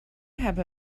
have